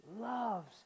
loves